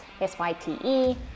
S-Y-T-E